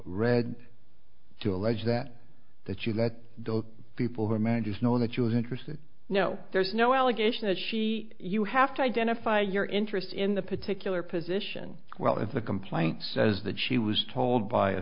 read to allege that that you let the people who are managers know that she was interested no there's no allegation that she you have to identify your interests in the particular position well if the complaint says that she was told by a